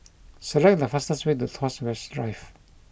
select the fastest way to Tuas West Drive